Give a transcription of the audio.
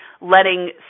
letting